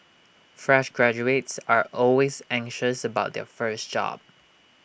fresh graduates are always anxious about their first job